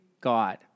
God